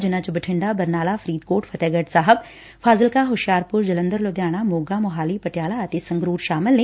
ਜਿਨਾਂ ਵਿੱਚ ਬਠਿੰਡਾ ਬਰਨਾਲਾ ਫਰੀਦਕੋਟ ਫਤਹਿਗਤ ਸਾਹਿਬ ਫਾਜ਼ਿਲਕਾ ਹੁਸ਼ਿਆਰਪੁਰ ਜਲੰਧਰ ਲੁਧਿਆਣਾ ਮੋਗਾ ਮੋਹਾਲੀ ਪਟਿਆਲਾ ਅਤੇ ਸੰਗਰੁਰ ਸ਼ਾਮਲ ਨੇ